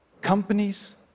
companies